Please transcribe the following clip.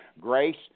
Grace